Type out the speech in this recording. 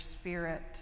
spirit